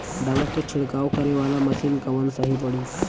दवा के छिड़काव करे वाला मशीन कवन सही पड़ी?